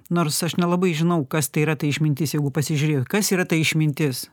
nors aš nelabai žinau kas tai yra ta išmintis jeigu pasižiūrėt kas yra ta išmintis